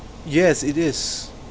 yes it is